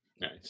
Nice